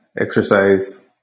exercise